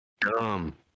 Dumb